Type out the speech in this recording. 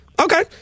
okay